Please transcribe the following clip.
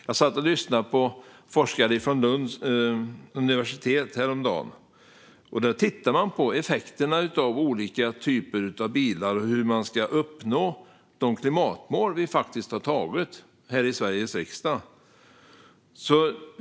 Jag satt och lyssnade på forskare från Lunds universitet häromdagen. Där tittar man på effekterna av olika typer av bilar och hur vi ska uppnå de klimatmål som vi faktiskt har antagit här i Sveriges riksdag.